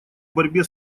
борьбе